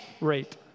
rate